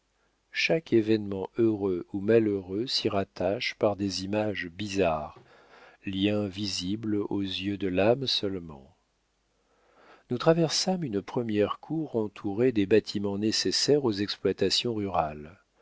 chaque événement heureux ou malheureux s'y rattache par des images bizarres liens visibles aux yeux de l'âme seulement nous traversâmes une première cour entourée des bâtiments nécessaires aux exploitations rurales